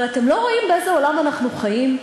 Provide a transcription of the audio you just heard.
אבל, אתם לא רואים באיזה עולם אנחנו חיים?